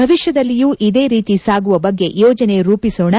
ಭವಿಷ್ಯದಲ್ಲಿಯೂ ಇದೇ ರೀತಿ ಸಾಗುವ ಬಗ್ಗೆ ಯೋಜನೆ ರೂಪಿಸೋಣ